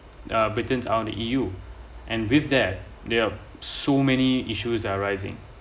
uh between on the E_U and with there there are so many issues are rising